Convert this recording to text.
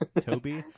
Toby